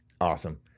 awesome